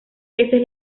veces